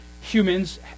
Humans